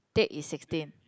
date is sixteen